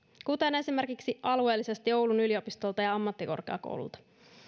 kuten esimerkiksi alueellisesti oulun yliopistolta ja ja ammattikorkeakoululta